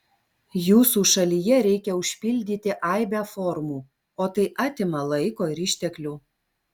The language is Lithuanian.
jūsų šalyje reikia užpildyti aibę formų o tai atima laiko ir išteklių